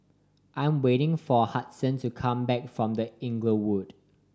I'm waiting for Huston to come back from The Inglewood